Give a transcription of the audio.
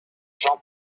jean